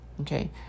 Okay